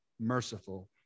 merciful